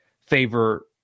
favor